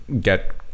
get